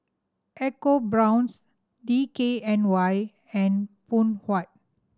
EcoBrown's D K N Y and Phoon Huat